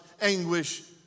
anguish